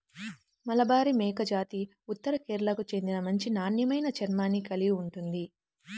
మలబారి మేకజాతి ఉత్తర కేరళకు చెందిన మంచి నాణ్యమైన చర్మాన్ని కలిగి ఉంటుంది